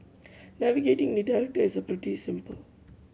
navigating the is pretty simple